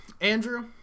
Andrew